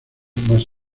más